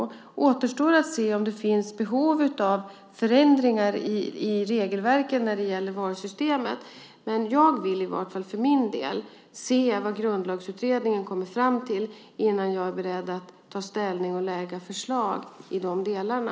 Det återstår att se om det finns behov av förändringar i regelverken när det gäller valsystemet. Jag vill i vart fall för min del se vad Grundlagsutredningen kommer fram till innan jag är beredd att ta ställning och lägga fram förslag i de delarna.